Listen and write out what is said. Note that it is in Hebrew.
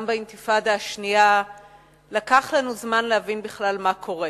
באינתיפאדה השנייה לקח לנו זמן להבין בכלל מה קורה,